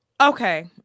Okay